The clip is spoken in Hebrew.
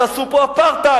אל תעשו פה אפרטהייד.